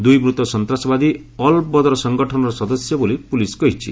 ଦୁଇ ମୃତ ସନ୍ତାସବାଦୀ ଅଲ୍ ବାଦର୍ ସଙ୍ଗଠନର ସଦସ୍ୟ ବୋଲି ପୁଲିସ୍ କହିଛି